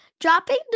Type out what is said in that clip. Dropping